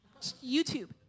YouTube